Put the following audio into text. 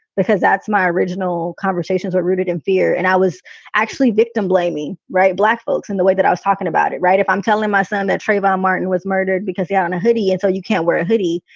because that's my original conversations were rooted in fear. and i was actually victim blaming. right. black folks in the way that i was talking about it. right. if i'm telling my son that trayvon martin was murdered because he had and a hoodie and so you can't wear a hoodie.